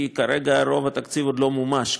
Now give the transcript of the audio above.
כי כרגע רוב התקציב עוד לא מומש,